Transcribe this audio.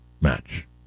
match